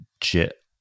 JIT